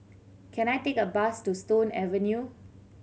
can I take a bus to Stone Avenue